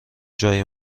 جای